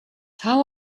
how